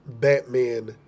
Batman